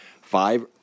Five